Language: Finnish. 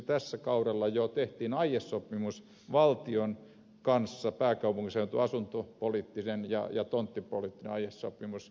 tällä kaudella jo tehtiin aiesopimus valtion kanssa pääkaupunkiseudun asuntopoliittinen ja tonttipoliittinen aiesopimus